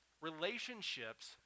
Relationships